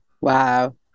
Wow